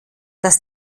dass